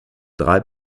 drei